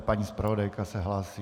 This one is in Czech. Paní zpravodajka se hlásí.